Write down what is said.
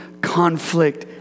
conflict